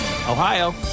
Ohio